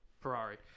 Ferrari